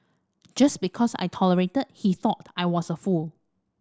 just because I tolerated that he thought I was a fool